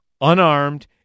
Unarmed